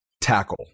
tackle